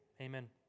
Amen